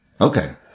Okay